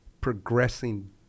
progressing